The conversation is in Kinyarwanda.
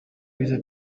bize